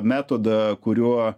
metodą kuriuo